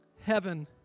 heaven